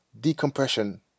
decompression